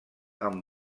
amb